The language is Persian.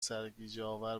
سرگیجهآور